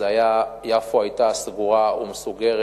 רחוב יפו היה סגור ומסוגר,